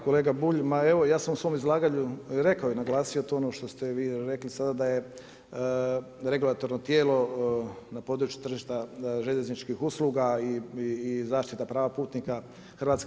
Kolega Bulj ma evo ja sam u svom izlaganju rekao i naglasio to što ste vi rekli sada da je regulatorno tijelo na području tržišta željezničkih usluga i zaštita prava putnika HAKOM.